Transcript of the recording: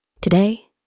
Today